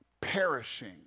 perishing